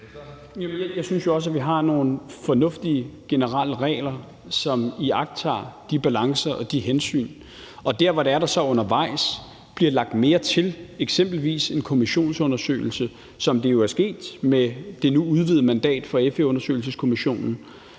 jeg synes jo også, at vi har nogle fornuftige generelle regler, hvormed man iagttager de balancer og de hensyn. Og der, hvor der undervejs bliver lagt mere til, eksempelvis en kommissionsundersøgelse, som det jo er sket med det nu udvidede mandat for FE-undersøgelseskommissionen,